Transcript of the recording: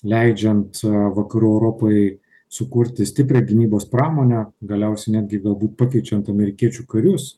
leidžiant vakarų europai sukurti stiprią gynybos pramonę galiausiai netgi galbūt pakeičiant amerikiečių karius